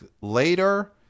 later